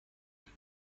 بازی